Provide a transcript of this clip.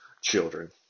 children